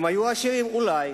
הם היו עשירים, אולי,